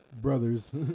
brothers